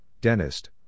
dentist